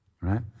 right